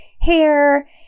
hair